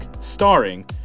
starring